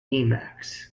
emacs